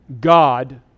God